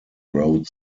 road